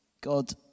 god